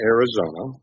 Arizona